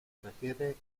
refiere